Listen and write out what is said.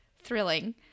thrilling